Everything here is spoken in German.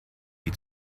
wie